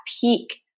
peak